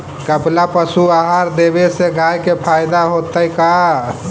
कपिला पशु आहार देवे से गाय के फायदा होतै का?